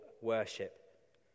worship